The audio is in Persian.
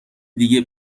دیگه